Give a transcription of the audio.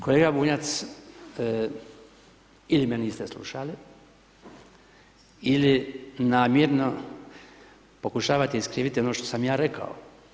Kolega Bunjac, ili me niste slušali, ili namjerno pokušavate iskriviti ono što sam ja rekao.